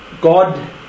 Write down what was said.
God